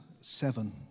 seven